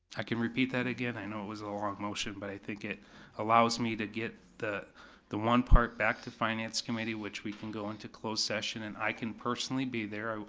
i can repeat that again, i know it was a long motion, but i think it allows me to get the the one part back to finance committee which we can go into closed session and i can personally be there,